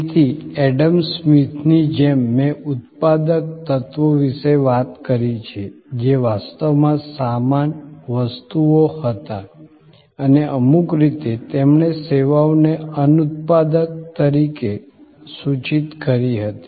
તેથી એડમ સ્મિથની જેમ મેં ઉત્પાદક તત્વો વિશે વાત કરી છે જે વાસ્તવમાં સામાન વસ્તુઓ હતા અને અમુક રીતે તેમણે સેવાઓને અનુત્પાદક તરીકે સૂચિત કરી હતી